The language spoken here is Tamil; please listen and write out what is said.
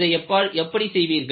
இதை எப்படி செய்வீர்கள்